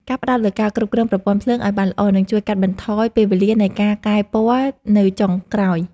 ការផ្ដោតលើការគ្រប់គ្រងប្រព័ន្ធភ្លើងឱ្យបានល្អនឹងជួយកាត់បន្ថយពេលវេលានៃការកែពណ៌នៅចុងក្រោយ។